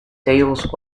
sales